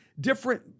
different